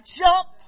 jump